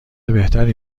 بهتری